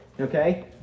Okay